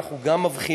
אנחנו גם מבחינים,